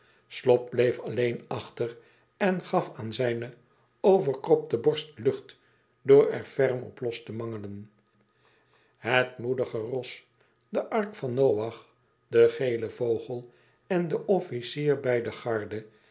slop bleef alleen achter en gaf aan zijne overkropte borst lucht door er ferm op los te mangelen het moedige ros de ark van noach de gele vogel en de officier bij de garde